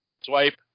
Swipe